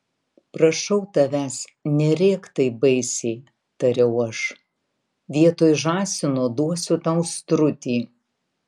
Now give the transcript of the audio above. prašau tavęs nerėk taip baisiai tariau aš vietoj žąsino duosiu tau strutį